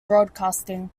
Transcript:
broadcasting